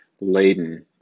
laden